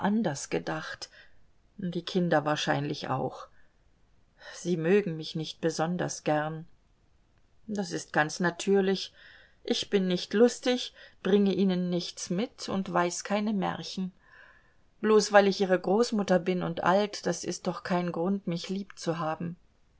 anders gedacht die kinder wahrscheinlich auch sie mögen mich nicht besonders gern das ist ganz natürlich ich bin nicht lustig bringe ihnen nichts mit und weiß keine märchen bloß weil ich ihre großmutter bin und alt das ist doch kein grund mich lieb zu haben